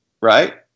right